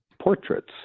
portraits